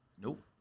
Nope